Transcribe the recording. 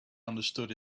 understood